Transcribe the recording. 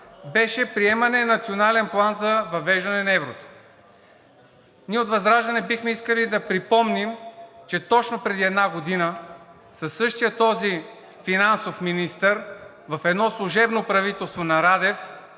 беше приемане на Национален план за въвеждане на еврото. Ние от ВЪЗРАЖДАНЕ бихме искали да припомним, че точно преди една година със същия този финансов министър, в едно служебно правителство на Радев,